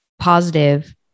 positive